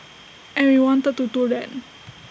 and we wanted to do that